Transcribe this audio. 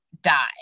die